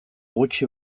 gutxi